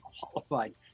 qualified